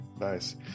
Nice